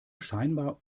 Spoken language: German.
scheinbar